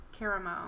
Caramo